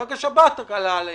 רק השב"כ עלה עליהם.